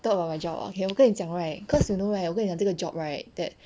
talk about my job orh okay 我跟你讲 right cause you know right 我跟你讲这个 job right that